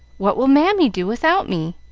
what will mammy do without me?